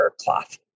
cloth